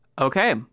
Okay